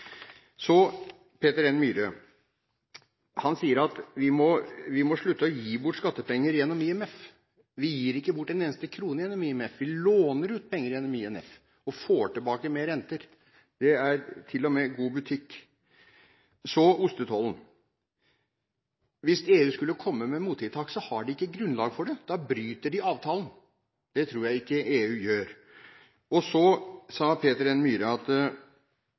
Så til Peter N. Myhre: Han sier at vi må slutte å gi bort skattepenger gjennom IMF. Vi gir ikke bort en eneste skattekrone gjennom IMF. Vi låner ut penger gjennom IMF og får tilbake med renter. Det er til og med god butikk. Så til ostetollen: Hvis EU skulle komme med mottiltak, har de ikke grunnlag for det. Da bryter de avtalen. Det tror jeg ikke EU gjør. Peter N. Myhre sa